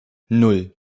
nan